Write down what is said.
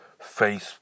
face